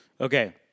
Okay